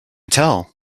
tell